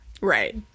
right